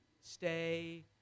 Stay